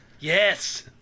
Yes